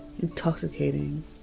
intoxicating